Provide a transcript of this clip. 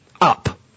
Up